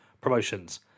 promotions